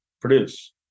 produce